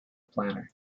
planner